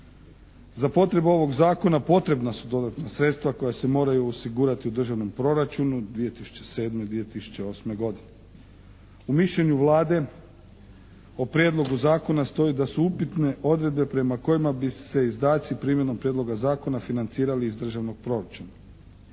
Za potrebu ovog Zakona potrebna su dodatna sredstva koja se moraju osigurati u državnom proračunu 2007., 2008. godine. U mišljenju Vlade o Prijedlogu zakona stoji da su upitne odredbe prema kojima bi se izdaci primjenom Prijedloga zakona financirali iz državnog proračuna.